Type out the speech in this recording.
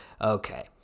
Okay